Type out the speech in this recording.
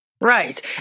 Right